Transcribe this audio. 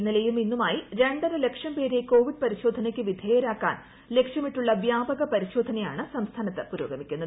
ഇന്നലെയും ഇന്നുമായി രണ്ടീര് ലക്ഷം പേരെ കോവിഡ് പരിശോധനയ്ക്കു വിധേയരുക്ക്ാൻ ലക്ഷ്യമിട്ടുള്ള വ്യാപക പരിശോധനയാണ് സംസ്ഥാക്കൃത്ത് പുരോഗമിക്കുന്നത്